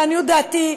לעניות דעתי,